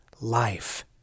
life